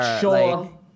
Sure